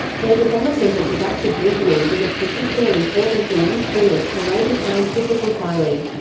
their development of deductive reasoning was of particular importance and usefulness to later scientific inquiry.